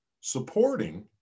supporting